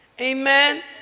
Amen